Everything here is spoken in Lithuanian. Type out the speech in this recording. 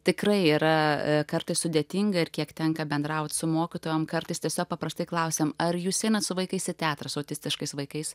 tikrai yra kartais sudėtinga ir kiek tenka bendraut su mokytojom kartais tiesiog paprastai klausėm ar jūs einat su vaikais į teatrą su autistiškais vaikais